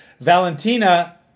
Valentina